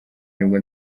nibwo